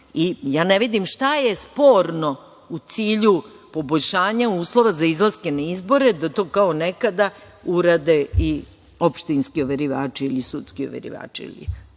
ne vidim šta je sporno u cilju poboljšanja uslova za izlaske na izbore, da to kao nekada urade i opštinski overivači ili sudski overivači ili